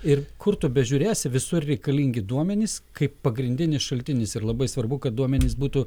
ir kur tu bežiūrėsi visur reikalingi duomenys kaip pagrindinis šaltinis ir labai svarbu kad duomenys būtų